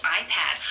iPad